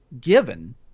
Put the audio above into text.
given